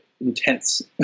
intense